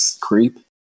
creep